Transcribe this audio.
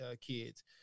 kids